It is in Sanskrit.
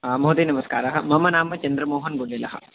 हा महोदय नमस्कारः मम नाम चन्द्रमोहनः बुल्लेलः